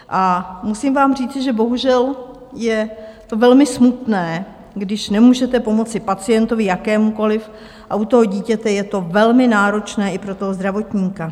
A musím vám říci, že bohužel je velmi smutné, když nemůžete pomoci pacientovi, jakémukoliv, a u dítěte je to velmi náročné i pro toho zdravotníka.